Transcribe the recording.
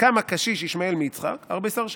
כמה קשיש ישמעאל מיצחק ארביסר שנין"